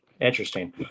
interesting